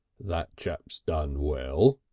that chap's done well,